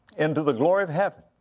into the glory of heaven,